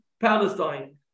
Palestine